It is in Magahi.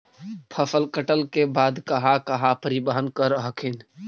फसल कटल के बाद कहा कहा परिबहन कर हखिन?